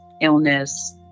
illness